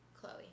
Chloe